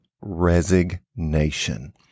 resignation